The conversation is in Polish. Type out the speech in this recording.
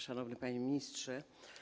Szanowny Panie Ministrze!